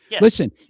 Listen